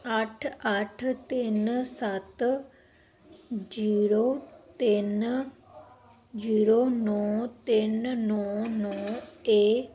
ਅੱਠ ਅੱਠ ਤਿੰਨ ਸੱਤ ਜੀਰੋ ਤਿੰਨ ਜੀਰੋ ਨੋੌਂ ਤਿੰਨ ਨੌਂ ਨੌਂ ਏ